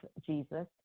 Jesus